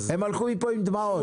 הם הלכו מפה עם דמעות.